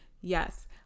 yes